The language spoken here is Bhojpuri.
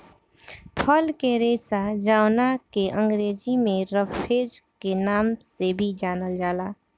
फल के रेशा जावना के अंग्रेजी में रफेज के नाम से भी जानल जाला